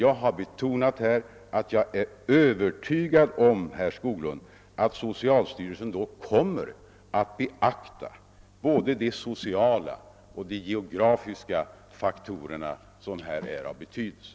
Jag har betonat att jag är övertygad om att socialstyrelsen därvid kommer att beakta både de sociala och de geografiska faktorer som är av betydelse.